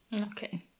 Okay